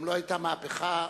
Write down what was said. גם לא היתה מהפכה חוקתית,